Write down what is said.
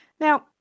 Now